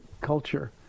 culture